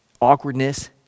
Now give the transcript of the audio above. awkwardness